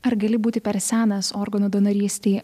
ar gali būti per senas organų donorystei